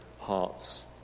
hearts